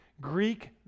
Greek